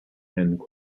then